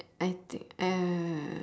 I th~ uh